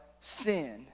sin